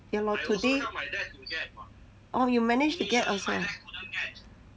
ya lor today orh you manage to get also